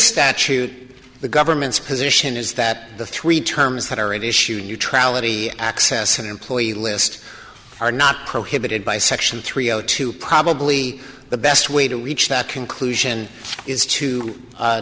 statute the government's position is that the three terms that are at issue neutrality access to the employee list are not prohibited by section three zero two probably the best way to reach that conclusion is to